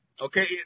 Okay